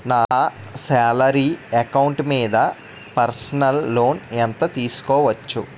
నా salary account మీద personal loan ఎంత తీసుకోవచ్చు?